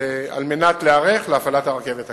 על מנת להיערך להפעלת הרכבת הקלה.